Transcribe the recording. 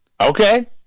okay